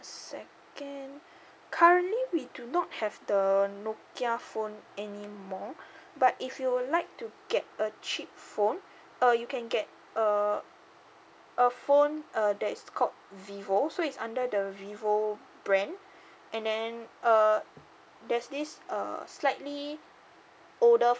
second currently we do not have the nokia phone anymore but if you would like to get a cheap phone uh you can get uh a phone err that's called vivo so is under the vivo brand and then err there's this uh slightly older